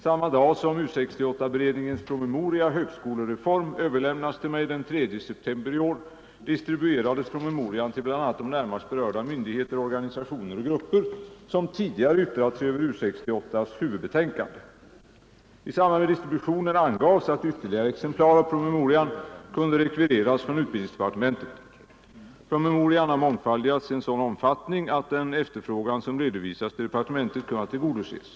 Samma dag som U 68-beredningens promemoria Högskolereform överlämnades till mig, den 3 september i år, distribuerades promemorian till bl.a. de närmast berörda myndigheter, organisationer och grupper som tidigare yttrat sig över U 68:s huvudbetänkande. I samband med distribu Tisdagen den tionen angavs att ytterligare exemplar av promemorian kunde rekvireras 29 oktober 1974 från utbildningsdepartementet. Promemorian har mångfaldigats i sådan om fattning att den efterfrågan som redovisats till departementet kunnat till Om information godoses.